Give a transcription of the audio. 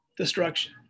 destruction